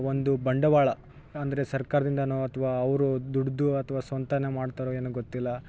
ಒಂದು ಬಂಡವಾಳ ಅಂದರೆ ಸರ್ಕಾರದಿಂದ ಅಥ್ವ ಅವರು ದುಡ್ದು ಅಥ್ವ ಸ್ವಂತ ಮಾಡ್ತಾರೊ ಏನೋ ಗೊತ್ತಿಲ್ಲ